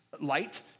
light